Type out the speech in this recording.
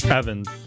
Evans